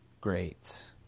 great